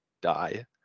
die